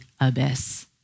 abyss